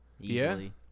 easily